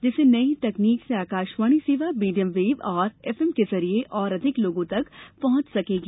जिससे नई तकनीक से आकाशवाणी सेवा मीडियम वेव और एफएम के जरिए और अधिक लोगों तक पहुंच सकेगी